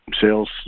sales